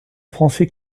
français